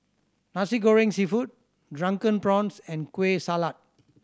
Nasi Goreng Seafood Drunken Prawns and Kueh Salat